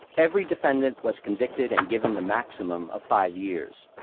every defendant was convicted and given the maximum of five years.